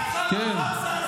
פקודת המשטרה,